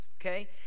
okay